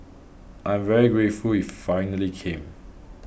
I am very grateful it finally came